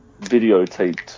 videotaped